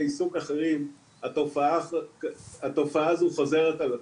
עיסוק אחרים התופעה הזו חוזרת על עצמה.